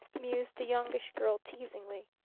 mused the youngish girl teasingly.